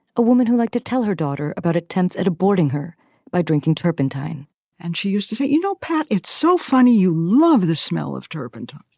a woman who like to tell her daughter about attempts at aborting her by drinking turpentine and she used to say, you know, pat, it's so funny. you love the smell of turpentine